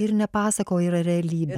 ir ne pasaka o yra realybė